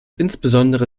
insbesondere